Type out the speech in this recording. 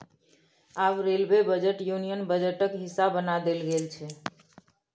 आब railway budget union बजटक हिस्सा बना देल गेल छै